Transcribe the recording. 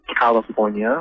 California